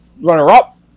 runner-up